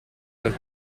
del